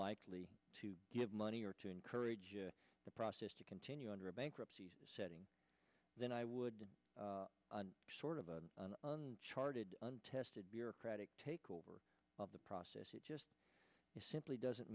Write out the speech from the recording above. likely to give money or to encourage the process to continue under a bankruptcy setting then i would sort of an charted untested bureaucratic takeover of the process it just simply doesn't